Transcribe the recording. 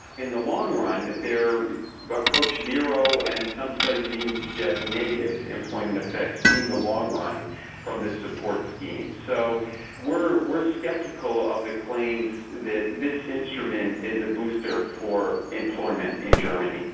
in the long run they approach zero, and some studies even suggest negative employment effects in the long run from the support scheme. so we're we're sceptical of the claims that this instrument is a booster for employment in germany.